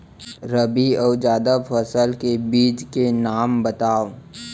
रबि अऊ जादा फसल के बीज के नाम बताव?